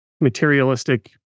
Materialistic